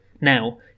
Now